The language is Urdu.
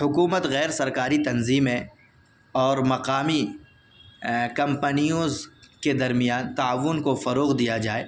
حکومت غیر سرکاری تنظیمیں اور مقامی کمپنیوز کے درمیان تعاون کو فروغ دیا جائے